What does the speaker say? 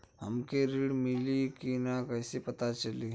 हमके ऋण मिली कि ना कैसे पता चली?